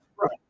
right